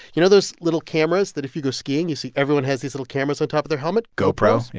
you know those little cameras that if you go skiing, you see everyone has these little cameras on top of their helmets gopro?